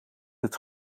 het